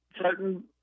certain